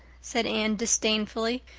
said anne disdainfully.